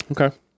okay